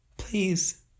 Please